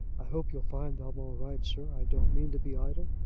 i hope you'll find that i'm all right, sir. i don't mean to be idle.